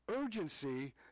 urgency